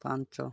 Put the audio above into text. ପାଞ୍ଚ